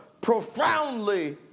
profoundly